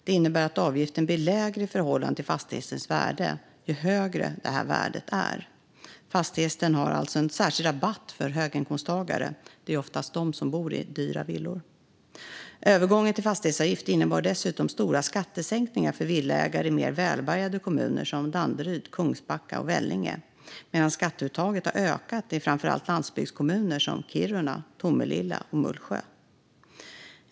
Det innebär att avgiften blir lägre i förhållande till fastighetens värde ju högre detta värde är. Fastighetsavgiften har alltså en särskild rabatt för höginkomsttagare - det är oftast de som bor i dyra villor. Övergången till fastighetsavgift innebar dessutom stora skattesänkningar för villaägare i mer välbärgade kommuner som Danderyd, Kungsbacka och Vellinge medan skatteuttaget har ökat i framför allt landsbygdskommuner som Kiruna, Tomelilla och Mullsjö.